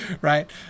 right